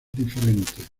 diferentes